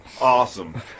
Awesome